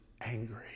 angry